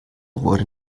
wurde